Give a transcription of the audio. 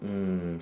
mm